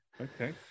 Okay